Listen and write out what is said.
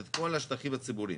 את כל השטחים הציבוריים.